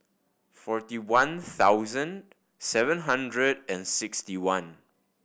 forty one thousand seven hundred and sixty one